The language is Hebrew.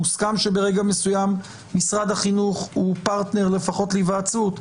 מוסכם שברגע מסוים משרד החינוך הוא פרטנר לפחות להיוועצות,